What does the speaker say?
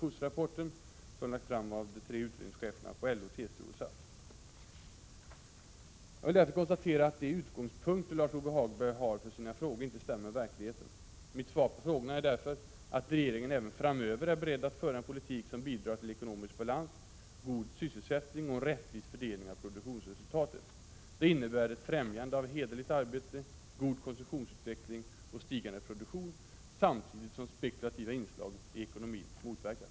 FOS-rapporten, som lagts fram av de tre utredningscheferna på LO, TCO och SAF. Jag vill därför konstatera att de utgångspunkter Lars-Ove Hagberg har för sina frågor inte stämmer med verkligheten. Mitt svar på frågorna är därför att regeringen även framöver är beredd föra en politik som bidrar till ekonomisk balans, god sysselsättning och en rättvis fördelning av produktionsresultatet. Det innebär ett främjande av hederligt arbete, god konsumtionsutveckling och stigande produktion samtidigt som spekulativa inslag i ekonomin motverkas.